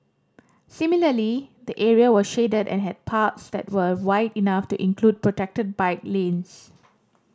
similarly the area was shaded and had paths that were wide enough to include protected bike lanes